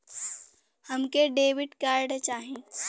हमके debit card चाही?